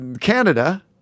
Canada